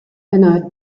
einer